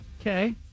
Okay